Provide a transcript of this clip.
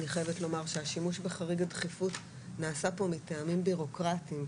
אני חייבת לומר שהשימוש בחריג הדחיפות נעשה פה מטעמים בירוקרטיים.